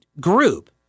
group